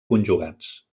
conjugats